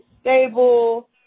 stable